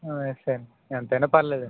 వేసేయండి ఎంతైనా పర్లేదండి